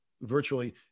virtually